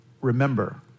remember